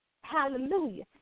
Hallelujah